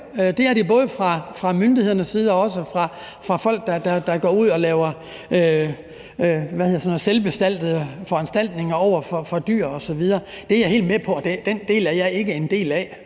Det er de både fra myndighedernes side og også fra folk, der går ud og laver selvbestaltede foranstaltninger over for dyr osv. Det er jeg helt med på, og dem er jeg ikke en del af,